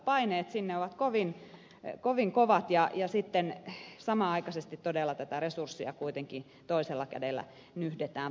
paineet sinne ovat kovin kovat ja sitten samanaikaisesti todella tätä resurssia kuitenkin toisella kädellä nyhdetään pois